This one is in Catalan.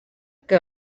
que